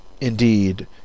indeed